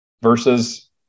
versus